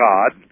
God